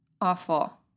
Awful